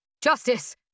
Justice